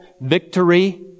victory